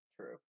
True